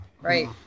Right